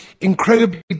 incredibly